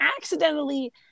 accidentally